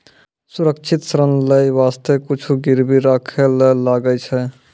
सुरक्षित ऋण लेय बासते कुछु गिरबी राखै ले लागै छै